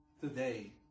today